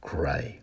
Cry